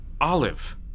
Olive